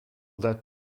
that